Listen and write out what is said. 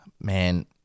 man